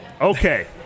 Okay